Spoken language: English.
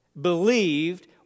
believed